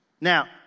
Now